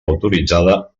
autoritzada